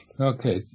Okay